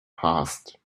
passed